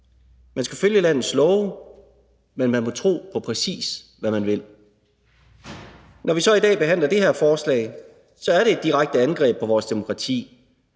Man skal følge landets love, men man må tro på, præcis hvad man vil. I dag behandler vi så det her forslag, der er et direkte angreb på vores demokrati.